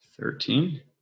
Thirteen